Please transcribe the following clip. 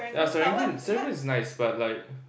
yeah Serangoon Serangoon is nice but like